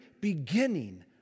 beginning